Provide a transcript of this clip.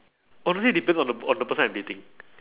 honestly depends on the on the person I'm dating